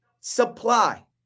supply